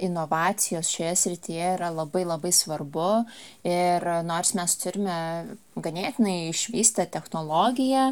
inovacijos šioje srityje yra labai labai svarbu ir nors mes turime ganėtinai išvystytą technologiją